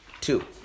Two